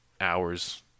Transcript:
hours